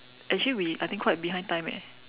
actually we I think quite behind time eh